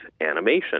animation